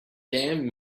damn